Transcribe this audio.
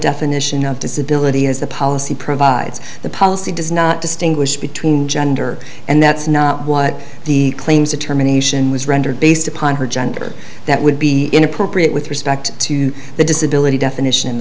definition of disability is the policy provides the policy does not distinguish between gender and that's not what the claims determination was rendered based upon her gender that would be inappropriate with respect to the disability definition